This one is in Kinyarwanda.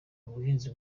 ubuhinzi